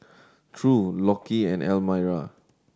True Lockie and Elmira